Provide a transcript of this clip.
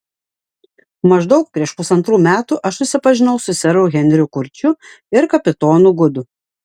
maždaug prieš pusantrų metų aš susipažinau su seru henriu kurčiu ir kapitonu gudu